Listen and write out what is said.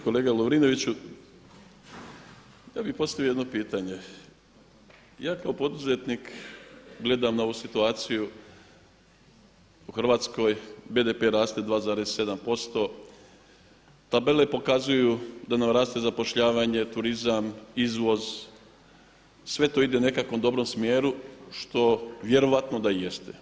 Kolega Lovrinoviću ja bi postavio jedno pitanje, ja kao poduzetnik gledam na ovu situaciju u Hrvatskoj, BDP raste 2,7%, tabele pokazuju da nam raste zapošljavanje, turizam, izvoz sve to ide nekakvom dobrom smjeru što vjerojatno da jeste.